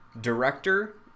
director